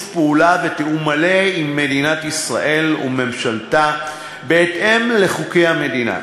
פעולה ותיאום מלא עם מדינת ישראל וממשלתה בהתאם לחוקי המדינה.